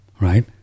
right